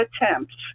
attempts